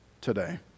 today